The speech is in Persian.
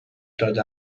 داده